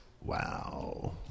wow